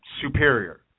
superior